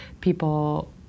people